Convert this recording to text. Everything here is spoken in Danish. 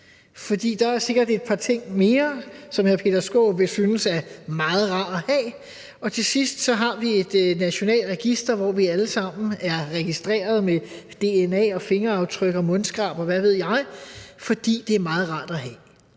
for der er sikkert et par ting mere, som hr. Peter Skaarup vil synes er meget rare at have, og til sidst har vi et nationalt register, hvor vi alle sammen er registreret med dna, fingeraftryk, mundskrab, og hvad ved jeg, fordi det er meget rart at have.